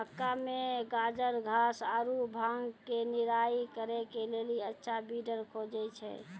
मक्का मे गाजरघास आरु भांग के निराई करे के लेली अच्छा वीडर खोजे छैय?